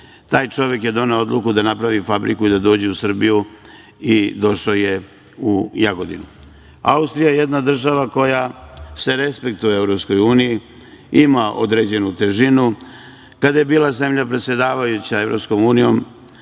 Taj čovek je doneo odluku da napravi fabriku i da dođe u Srbiju i došao je u Jagodinu. Austrija je jedna država koja se respektuje u EU, ima određenu težinu. Kada je bila zemlja predsedavajuća EU,